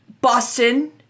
Boston